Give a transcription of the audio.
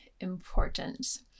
important